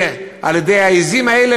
ועל-ידי העזים האלה,